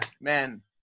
Man